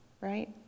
Right